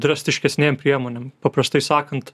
drastiškesnėm priemonėm paprastai sakant